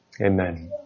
Amen